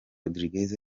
rodriguez